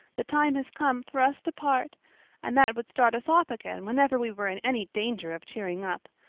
the time has come for us to part and that would start us off again whenever we were in any danger of cheering up.